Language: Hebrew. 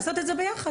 לעשות את זה ביחד.